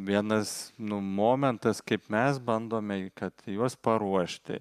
vienas nu momentas kaip mes bandome kad juos paruošti